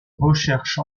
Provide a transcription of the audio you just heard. recherche